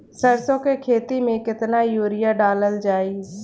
सरसों के खेती में केतना यूरिया डालल जाई?